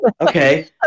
okay